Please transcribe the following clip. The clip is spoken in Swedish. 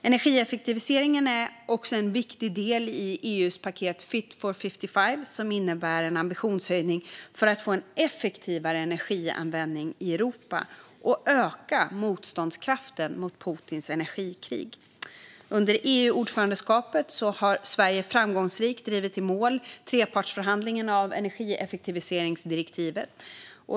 Energieffektivisering är också en viktig del i EU:s paket Fit for 55, som innebär en ambitionshöjning för att få en effektivare energianvändning i Europa och öka motståndskraften mot Putins energikrig. Under EU-ordförandeskapet har Sverige framgångsrikt drivit i mål trepartsförhandlingen av energieffektiviseringsdirektivet.